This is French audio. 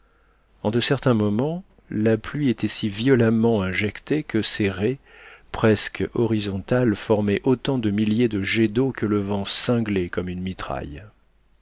en de certains moments la pluie était si violemment injectée que ses raies presque horizontales formaient autant de milliers de jets d'eau que le vent cinglait comme une mitraille